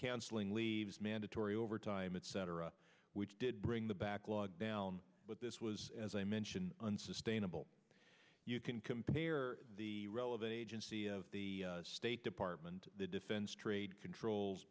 cancelling leaves mandatory overtime etc which did bring the backlog down but this was as i mention unsustainable you can compare the relevant agencies the state department the defense trade controls